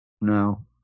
No